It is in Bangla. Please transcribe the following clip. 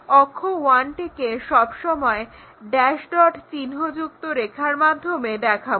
অক্ষ ওয়ানটিকে সবসময় ড্যাস্ ডট চিহ্নযুক্ত রেখার মাধ্যমে দেখাবো